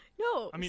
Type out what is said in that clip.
No